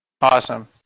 Awesome